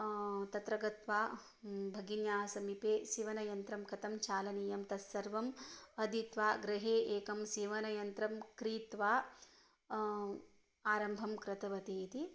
तत्र गत्वा भगिन्याः समीपे सीवनयन्त्रं कथं चालनीयं तस्सर्वम् अधीत्य गृहे एकं सीवनयन्त्रं क्रीत्वा आरम्भं कृतवती इति